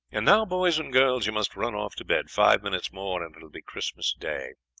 and now, boys and girls, you must run off to bed. five minutes more and it will be christmas day.